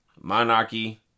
Monarchy